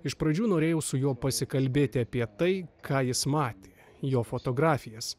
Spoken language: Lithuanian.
iš pradžių norėjau su juo pasikalbėti apie tai ką jis matė jo fotografijas